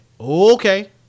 Okay